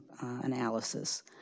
analysis